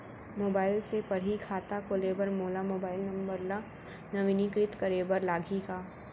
Mobile से पड़ही खाता खोले बर मोला मोबाइल नंबर ल नवीनीकृत करे बर लागही का?